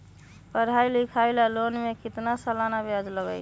पढाई लिखाई ला लोन के कितना सालाना ब्याज लगी?